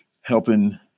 helping